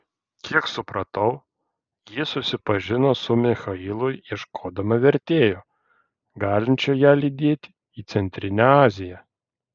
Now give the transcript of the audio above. kiek supratau ji susipažino su michailu ieškodama vertėjo galinčio ją lydėti į centrinę aziją